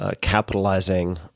Capitalizing